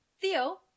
Theo